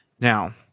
Now